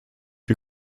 wir